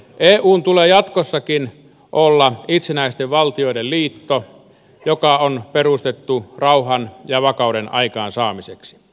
eun tulee jatkossakin olla itsenäisten valtioiden liitto joka on perustettu rauhan ja vakauden aikaansaamiseksi